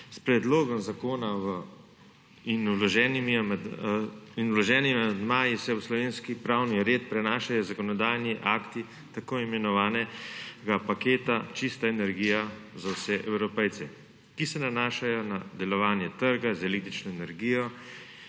S predlogom zakona in vloženimi amandmaji se v slovenski pravni red prenašajo zakonodajni akti tako imenovanega paketa Čista energija za vse Evropejce, ki se nanašajo na delovanje trga z električno energijo,